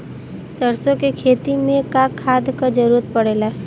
सरसो के खेती में का खाद क जरूरत पड़ेला?